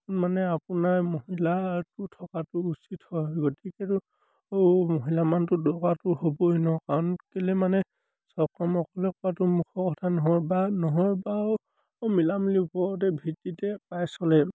মানে আপোনাৰ মহিলাটো থকাটো উচিত হয় গতিকেতো আৰু মহিলা মানুহটো দৰকাৰটো হ'বই ন কাৰণ কেলেই মানে চব কাম অকলে কৰাটো মুখৰ কথা নহ'য় বা নহ'য় বাৰু মিলামিলি ওপৰতে ভিত্তিতে প্ৰায় চলে